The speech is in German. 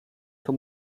für